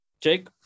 jake